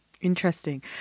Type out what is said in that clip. Interesting